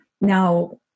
Now